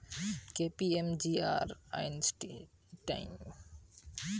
যে কোম্পানি গুলা নিরীক্ষা করতিছে Deloitte, P W C, K P M G, আর আর্নেস্ট ইয়ং